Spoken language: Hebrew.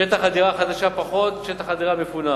שטח הדירה החדשה פחות שטח הדירה המפונה,